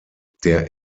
der